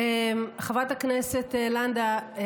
חברת הכנסת לנדה,